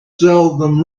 seldom